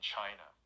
China